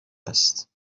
است